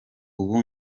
ubu